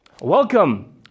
welcome